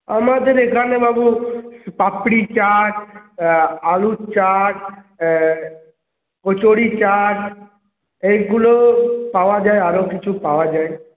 আমাদের এখানে বাবু পাপড়ি চাট আলুর চাট কচুরি চাট এইগুলো পাওয়া যায় আরও কিছু পাওয়া যায়